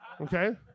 okay